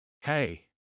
Hey